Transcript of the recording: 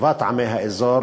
טובת עמי האזור